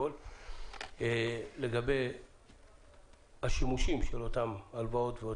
לגבי השימושים של אותן הלוואות.